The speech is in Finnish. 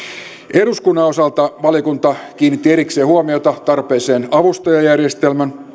eduskunnan osalta valiokunta kiinnitti erikseen huomiota tarpeeseen avustajajärjestelmän